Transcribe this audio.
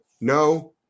no